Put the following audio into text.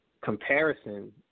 comparison